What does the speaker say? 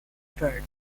streets